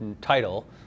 title